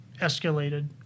escalated